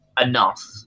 enough